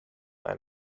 ein